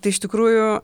tai iš tikrųjų